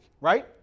right